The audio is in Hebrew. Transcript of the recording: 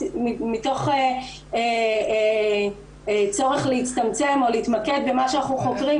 מתוך צורך להצטמצם או להתמקד במה שאנחנו חוקרים,